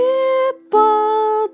People